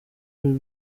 y’uyu